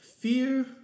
fear